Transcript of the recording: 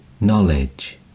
knowledge